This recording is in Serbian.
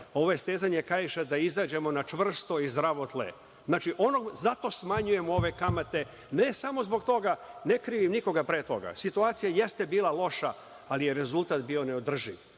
ovo je stezanje kaiša da izađemo na čvrsto i zdravo tle. Zato smanjujemo ove kamate. Ne krivim nikoga pre toga, situacija jeste bila loša, ali je rezultat bio neodrživ.